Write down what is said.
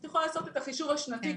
את יכולה לעשות את החישוב השנתי,